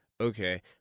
Okay